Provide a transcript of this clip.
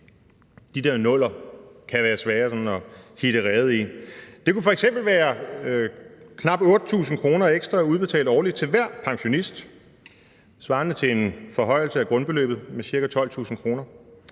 De der nuller kan være svære sådan at hitte rede i. Det kunne f.eks. være knap 8.000 kr. mere udbetalt årligt til hver pensionist, svarende til en forhøjelse af grundbeløbet med ca. 12.000 kr.